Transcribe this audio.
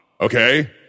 Okay